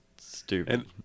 stupid